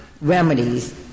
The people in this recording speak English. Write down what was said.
remedies